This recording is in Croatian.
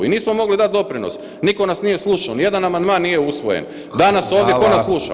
I nismo mogli dati doprinos, nitko nas nije slušao, nijedan amandman nije usvojen, danas [[Upadica: Hvala.]] ovdje, tko nas sluša?